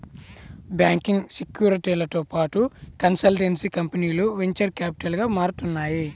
banking, సెక్యూరిటీలతో పాటు consultancy కంపెనీలు వెంచర్ క్యాపిటల్గా మారుతున్నాయి